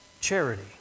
charity